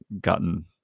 gotten